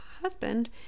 husband